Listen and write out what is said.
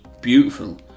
beautiful